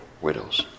widows